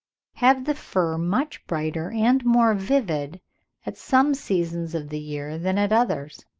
have the fur much brighter and more vivid at some seasons of the year than at others,